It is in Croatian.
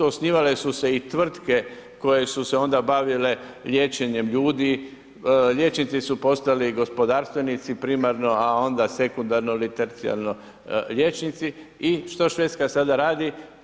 Osnivale su se i tvrtke koje su se onda bavile liječenjem ljudi, liječnici su postali gospodarstvenici primarno, a onda sekundarno ili tercijarno liječnici i što Švedska sada radi?